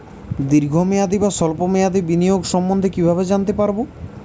দীর্ঘ মেয়াদি বা স্বল্প মেয়াদি বিনিয়োগ সম্বন্ধে কীভাবে জানতে পারবো?